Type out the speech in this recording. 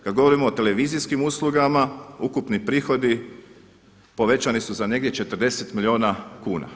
Kada govorimo o televizijskim uslugama ukupni prihodi povećani su za negdje 40 milijuna kuna.